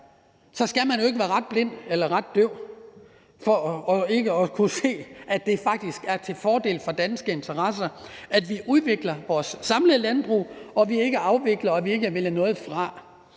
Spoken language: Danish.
skal man jo være ret blind eller ret døv for ikke at forstå, at det faktisk er til fordel for danske interesser, at vi udvikler vores samlede landbrug, at vi ikke afvikler, og at vi ikke vælger noget fra.